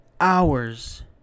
hours